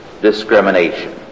Discrimination